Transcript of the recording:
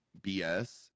BS